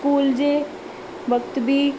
school जे वक़्त बि